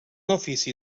ofici